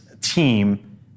team